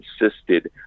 insisted